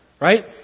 right